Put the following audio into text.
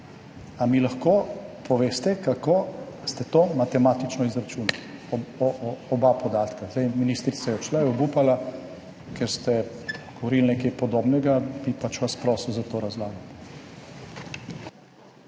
Ali mi lahko poveste, kako ste to matematično izračunali? Oba podatka. Ministrica je odšla, je obupala, ker ste govorili nekaj podobnega, bi pač vas prosil za to razlago.